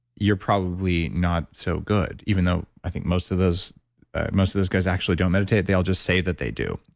you're probably not so good. even though, i think most of those most of those guys actually don't meditate. they'll just say that they do,